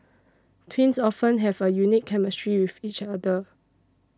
twins often have a unique chemistry with each other